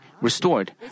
restored